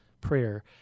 prayer